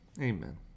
Amen